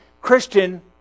Christian